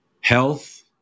Health